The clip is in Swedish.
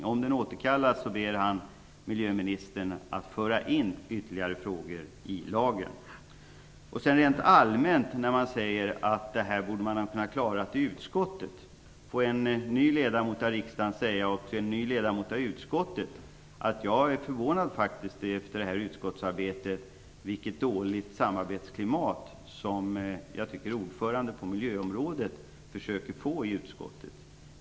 Om propositionen återkallas ber han miljöministern att föra in ytterligare frågor i lagen. Man säger att man borde ha klarat detta i utskottet. Som ny ledamot av riksdagen och av utskottet vill jag rent allmänt säga att jag efter detta utskottsarbete faktiskt är förvånad över vilket dåligt samarbetsklimat som jag tycker att ordföranden på miljöområdet försöker att åstadkomma.